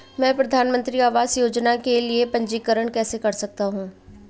मैं प्रधानमंत्री आवास योजना के लिए पंजीकरण कैसे कर सकता हूं?